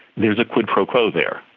there's a quid pro quo there.